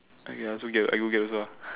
okay I also get I go get also